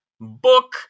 book